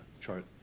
chart